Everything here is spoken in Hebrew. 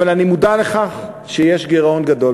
אבל אני מודע לכך שיש גירעון גדול,